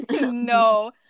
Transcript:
No